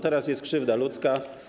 Teraz jest krzywda ludzka.